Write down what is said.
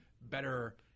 better